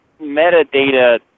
metadata